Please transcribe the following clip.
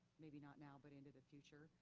maybe not now but into the future.